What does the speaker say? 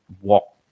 walk